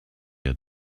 had